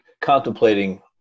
contemplating